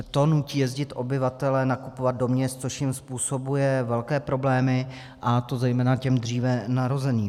To nutí jezdit obyvatele nakupovat do měst, což jim způsobuje velké problémy, a to zejména těm dříve narozeným.